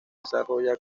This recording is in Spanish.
desarrolla